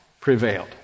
prevailed